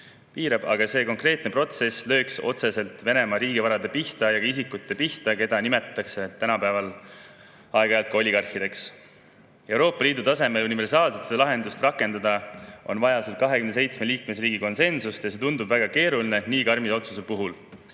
piirab, aga see konkreetne protsess lööks otseselt Venemaa riigivarade pihta ja isikute pihta, keda nimetatakse tänapäeval aeg-ajalt ka oligarhideks. Et Euroopa Liidu tasemel universaalselt seda lahendust rakendada, on vaja 27 liikmesriigi konsensust, aga see tundub nii karmide otsuste puhul